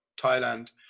thailand